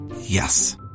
Yes